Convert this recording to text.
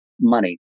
money